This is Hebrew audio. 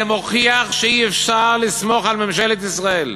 זה מוכיח שאי-אפשר לסמוך על ממשלת ישראל.